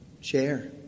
share